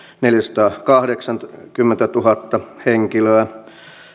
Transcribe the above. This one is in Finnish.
neljäsataakahdeksankymmentätuhatta henkilöä